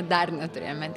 dar neturėjome